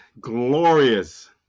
glorious